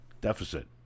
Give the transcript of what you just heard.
Deficit